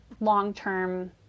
long-term